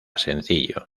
sencillo